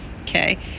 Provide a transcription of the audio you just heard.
Okay